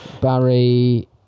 Barry